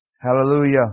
Hallelujah